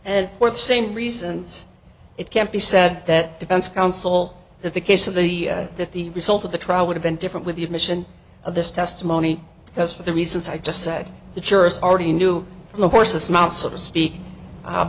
and for the same reasons it can't be said that defense counsel that the case of the that the result of the trial would have been different with the admission of this testimony because for the reasons i just said the jurist already knew from the horse's mouth so to speak